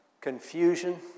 confusion